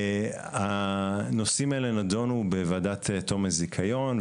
הנושאים האלה נדונו בוועדת תום הזיכיון,